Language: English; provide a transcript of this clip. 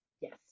yes